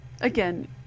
Again